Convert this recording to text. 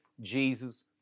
Jesus